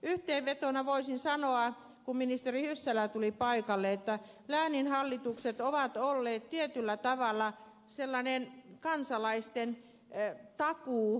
yhteenvetona voisin sanoa kun ministeri hyssälä tuli paikalle että lääninhallitukset ovat olleet tietyllä tavalla sellainen kansalaisten turvatakuu